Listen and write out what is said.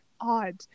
odd